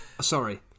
Sorry